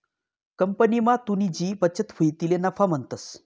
कंपनीमा तुनी जी बचत हुई तिले नफा म्हणतंस